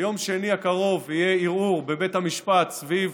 ביום שני הקרוב יהיה ערעור בבית המשפט סביב